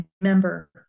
remember